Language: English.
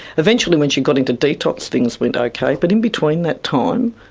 eventually when she got into detox, things went ok, but in between that time,